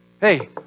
Hey